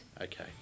Okay